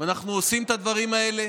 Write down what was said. ואנחנו עושים את הדברים האלה,